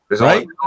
Right